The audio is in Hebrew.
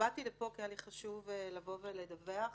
לפה כי היה לי חשוב לבוא ולדווח.